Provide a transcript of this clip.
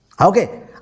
Okay